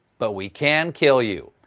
but we can kill you.